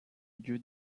lieu